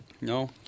No